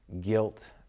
guilt